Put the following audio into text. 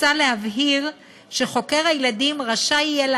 מוצע להבהיר שחוקר הילדים רשאי יהיה